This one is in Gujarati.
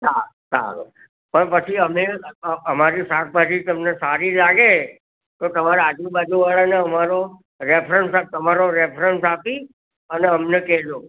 સારું સારું પણ પછી અમે અમારી શાકભાજી તમને સારી લાગે તો તમારા આજુબાજુ વાળાને અમારો રેફ્રન્સ તમારો રેફરેન્સ આપી અને અમને કેજો